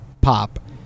Pop